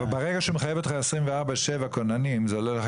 לא.